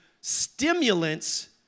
stimulants